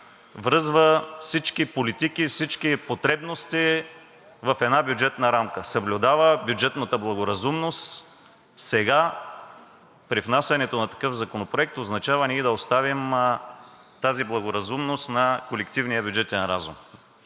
връзва всички политики и всички потребности в една бюджетна рамка, съблюдава бюджетната благоразумност. Сега при внасянето на такъв законопроект означава ние да оставим тази благоразумност на колективния бюджетен разум.